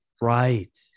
Right